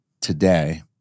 today